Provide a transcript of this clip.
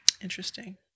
Interesting